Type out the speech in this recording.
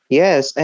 yes